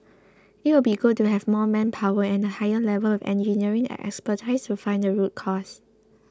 it would be good to have more manpower and a higher level of engineering expertise to find the root cause